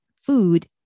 food